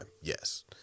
Yes